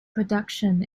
production